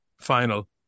final